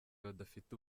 badafite